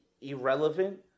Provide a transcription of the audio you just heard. irrelevant